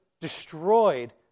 destroyed